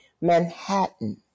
Manhattan